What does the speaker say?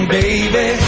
baby